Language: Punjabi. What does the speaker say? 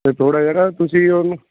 ਅਤੇ ਥੋੜ੍ਹਾ ਜਿਹਾ ਨਾ ਤੁਸੀਂ ਉਹਨੂੰ